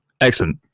Excellent